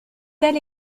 tel